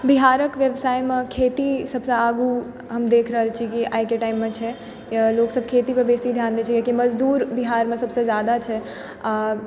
बिहारके व्यवसायमे खेती सबसँ आगू हम देखि रहल छी कि आइके टाइममे छै लोक सब खेतीपर बेसी ध्यान दैत छै लेकिन मजदूर बिहारमे सबसँ जादा छै आओर